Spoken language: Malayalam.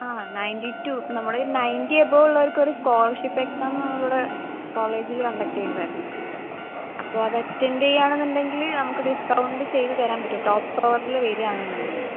ആ നൈൻറ്റി ടു നമ്മൾ നൈൻറ്റി എബോ ഉള്ളോർക്കൊരു സ്കോളർഷിപ്പ് എക്സാം നമ്മളിവിടെ കോളേജിൽ കണ്ടക്ററ് ചെയ്യുന്നുണ്ടായിരുന്നു അപ്പോൾ അതറ്റൻ്റെയ്യാണുന്നുണ്ടെങ്കിൽ നമുക്ക് ഡിസ്കൗണ്ട് ചെയ്ത് തരാൻ പറ്റും ടോപ്പ് സ്കോറിൽ വരാണമെന്നുണ്ടെങ്കിൽ